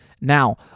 Now